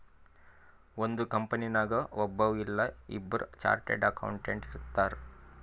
ಒಂದ್ ಕಂಪನಿನಾಗ್ ಒಬ್ಬವ್ ಇಲ್ಲಾ ಇಬ್ಬುರ್ ಚಾರ್ಟೆಡ್ ಅಕೌಂಟೆಂಟ್ ಇರ್ತಾರ್